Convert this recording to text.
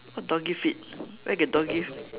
what doggy feet where get doggy